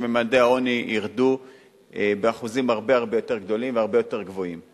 שממדי העוני ירדו באחוזים הרבה-הרבה יותר גדולים והרבה יותר גבוהים.